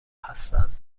هستن